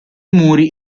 muri